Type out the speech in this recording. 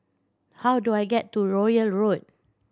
how do I get to Royal Road